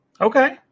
Okay